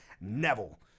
Neville